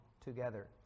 together